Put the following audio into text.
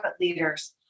leaders